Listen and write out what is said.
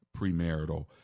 premarital